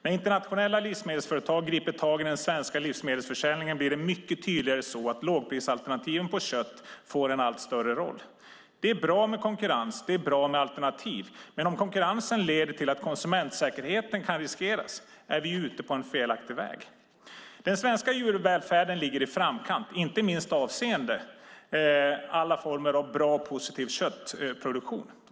När internationella livsmedelsföretag griper tag i den svenska livsmedelsförsäljningen blir det mycket tydligare att lågprisalternativen på kött får en allt större roll. Det är bra med konkurrens, det är bra med alternativ, men om konkurrensen leder till att konsumentsäkerheten riskeras är vi ute på en felaktig väg. Den svenska djurvälfärden ligger i framkant, inte minst avseende alla former av bra och positiv köttproduktion.